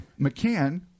McCann